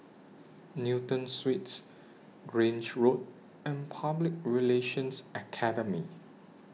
Newton Suites Grange Road and Public Relations Academy